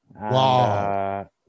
Wow